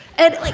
and like.